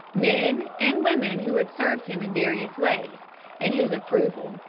men and women who had served him in various ways and whose approval,